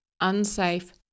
unsafe